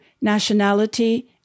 nationality